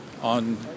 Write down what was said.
on